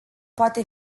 poate